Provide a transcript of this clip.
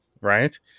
Right